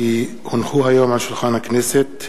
כי הונחו היום על שולחן הכנסת,